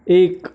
एक